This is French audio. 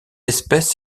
espèce